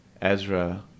Ezra